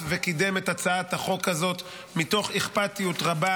וקידם את הצעת החוק הזאת מתוך אכפתיות רבה,